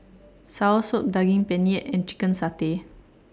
Soursop Daging Penyet and Chicken Satay